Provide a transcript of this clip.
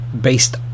based